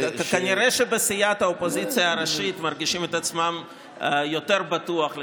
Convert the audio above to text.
כנראה שבסיעת האופוזיציה הראשית מרגישים את עצמם יותר בטוחים